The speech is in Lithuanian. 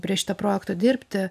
prie šito projekto dirbti